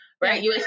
right